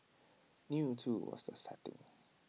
new too was the setting